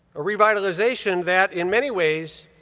a revitalization that, in many ways,